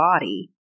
body